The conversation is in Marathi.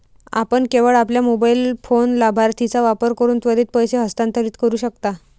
आपण केवळ आपल्या मोबाइल फोन लाभार्थीचा वापर करून त्वरित पैसे हस्तांतरित करू शकता